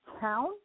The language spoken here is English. town